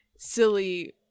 silly